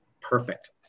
Perfect